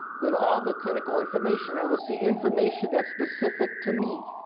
with all the clinical information. i will see information that's specific to me.